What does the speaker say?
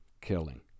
killing